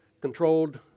controlled